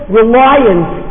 reliance